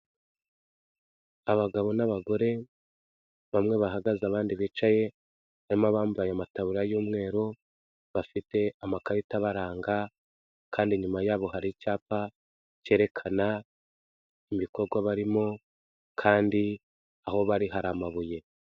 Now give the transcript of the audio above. Abagabo n'abagore bamwe bahagaze abandi bicaye, harimo abambaye amataburiya y'umweru bafite amakarita abaranga kandi inyuma yabo hari icyapa kerekana ibikorwa barimo kandi aho bari hari amabuye.